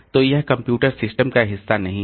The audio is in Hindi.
तो यह कंप्यूटर सिस्टम का हिस्सा नहीं है